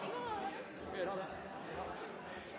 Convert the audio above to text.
Så klart er det